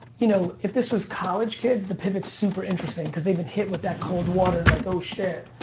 you know if this was college kids, the pivot's super interesting, cause they've been hit with that cold water, like oh shit,